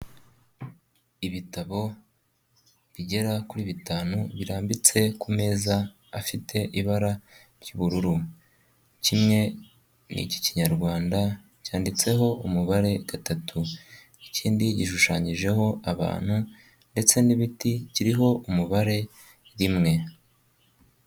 Ibitabo bigera kuri bitanu birambitse ku meza afite ibara ry'ubururu, kimwe ni icy'ikinyarwanda cyanditseho umubare gatatu, ikindi gishushanyijeho abantu ndetse n'ibiti kiriho umubare rimwe.